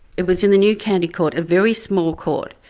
it was in the new county court, a very small court.